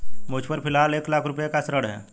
मुझपर फ़िलहाल एक लाख रुपये का ऋण है